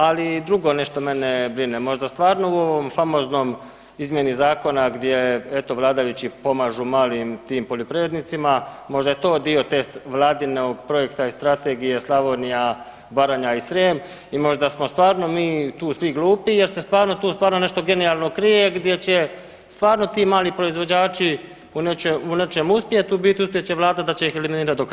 Ali drugo mene nešto brine, možda stvarno u ovom famoznoj izmjeni zakona gdje eto vladajući pomažu malim tim poljoprivrednicima, možda je to dio vladinom projekta i strategije „Slavonija, Baranja i Srijem“ i možda smo stvarno mi tu svi glupi je se stvarno tu nešto genijalno krije gdje će stvarno ti mali proizvođači u nečem uspjet, u biti uspjet će Vlada da će ih eliminirati do kraja.